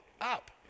up